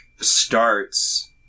starts